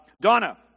Donna